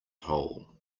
hole